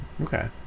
Okay